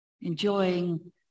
enjoying